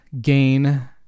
gain